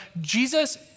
Jesus